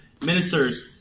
ministers